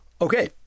Okay